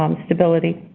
um stability.